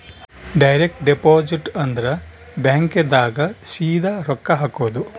direct deposit ಅಂದ್ರ bank ದಾಗ ಸೀದಾ ರೊಕ್ಕ ಹಾಕೋದು